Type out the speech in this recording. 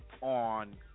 on